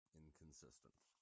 inconsistent